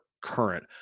current